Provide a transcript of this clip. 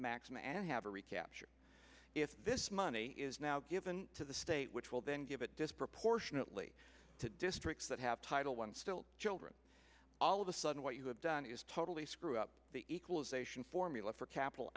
maximum and have a recapture if this money is now given to the state which will then give it disproportionately to districts that have title one still children all of a sudden what you have done is totally screw up the equalization formula for capital